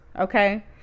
okay